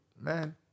Man